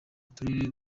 turere